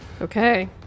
Okay